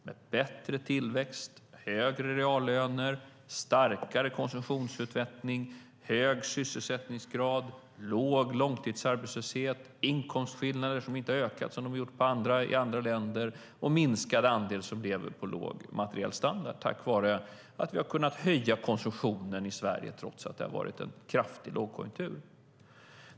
Det är en bättre tillväxt, högre reallöner, starkare konsumtionsutveckling, hög sysselsättningsgrad och låg långtidsarbetslöshet. Det är inkomstskillnader som inte har ökat som de har gjort i andra länder och en minskad andel som lever med låg materiell standard, tack vare att vi har kunnat höja konsumtionen i Sverige, trots att det har varit en kraftig lågkonjunktur.